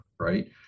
right